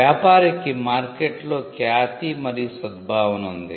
వ్యాపారికి మార్కెట్లో ఖ్యాతి మరియు సద్భావన ఉంది